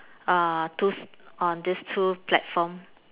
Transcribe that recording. uh tooth on these two platform